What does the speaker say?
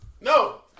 No